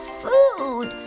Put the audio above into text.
food